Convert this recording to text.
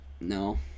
no